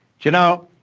you know,